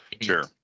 Sure